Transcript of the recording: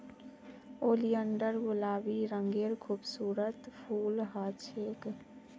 oleander गुलाबी रंगेर खूबसूरत फूल ह छेक